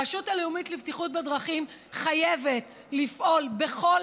הרשות הלאומית לבטיחות בדרכים חייבת לפעול בכל